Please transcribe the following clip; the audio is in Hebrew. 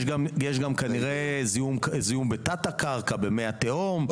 יש גם כנראה זיהום בתת-הקרקע ובמי התהום,